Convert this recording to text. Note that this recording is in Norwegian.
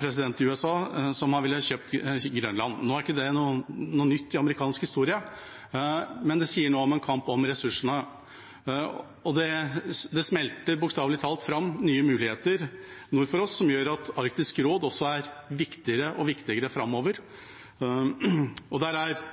president i USA som har villet kjøpe Grønland. Nå er ikke det noe nytt i amerikansk historie, men det sier noe om en kamp om ressursene. Det smelter bokstavelig talt fram nye muligheter nord for oss, som gjør at Arktisk råd er viktigere og viktigere framover. Der er Kina observatør. Det er også en aktør som blir viktigere og viktigere rundt oss. Det er